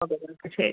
okay എന്നാൽ ശരി